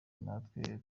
natwe